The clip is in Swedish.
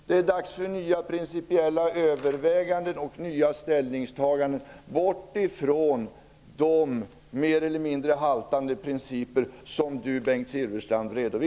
Det är dags för nya principiella överväganden och nya ställningstaganden. Det gäller att komma bort ifrån de mer eller mindre haltande principer som